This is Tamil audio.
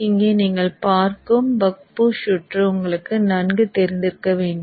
இங்கே நீங்கள் பார்க்கும் பக் பூஸ்ட் சுற்று உங்களுக்கு நன்கு தெரிந்திருக்க வேண்டும்